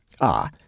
Ah